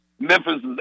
Memphis